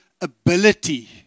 ability